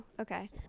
okay